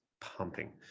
pumping